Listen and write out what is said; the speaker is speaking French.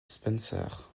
spencer